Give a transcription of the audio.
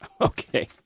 Okay